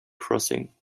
crossing